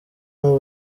w’u